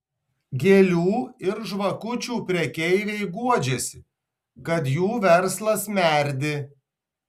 gėlių ir žvakučių prekeiviai guodžiasi kad jų verslas merdi